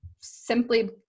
simply